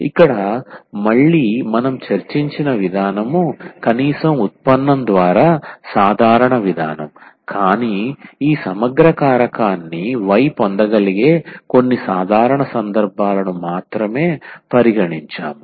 ఇక్కడ మళ్ళీ మనం చర్చించిన విధానం కనీసం ఉత్పన్నం ద్వారా సాధారణ విధానం కానీ ఈ సమగ్ర కారకాన్ని y పొందగలిగే కొన్ని సాధారణ సందర్భాలను మాత్రమే పరిగణించాము